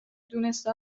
دونسته